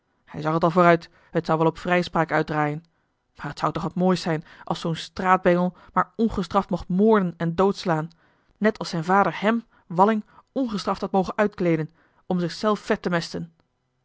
hij zag het al vooruit het zou wel op vrijspraak uitdraaien maar het zou toch wat moois zijn als zoo'n straatbengel maar ongestraft mocht moorden en doodslaan net als zijn vader hem walling ongestraft had mogen uitkleeden om zich zelf vet te mesten